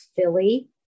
Philly